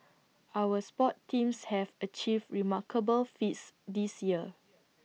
our sports teams have achieved remarkable feats this year